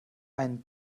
einen